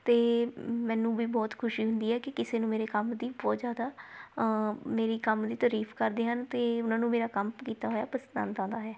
ਅਤੇ ਮੈਨੂੰ ਵੀ ਬਹੁਤ ਖੁਸ਼ੀ ਹੁੰਦੀ ਹੈ ਕਿ ਕਿਸੇ ਨੂੰ ਮੇਰੇ ਕੰਮ ਦੀ ਬਹੁਤ ਜ਼ਿਆਦਾ ਮੇਰੀ ਕੰਮ ਦੀ ਤਾਰੀਫ ਕਰਦੇ ਹਨ ਅਤੇ ਉਹਨਾਂ ਨੂੰ ਮੇਰਾ ਕੰਮ ਕੀਤਾ ਹੋਇਆ ਪਸੰਦ ਆਉਂਦਾ ਹੈ